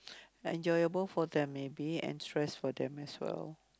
like enjoyable for them maybe and stress for them as well